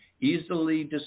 easily